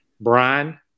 Brian